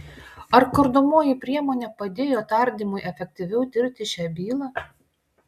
ar kardomoji priemonė padėjo tardymui efektyviau tirti šią bylą